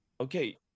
Okay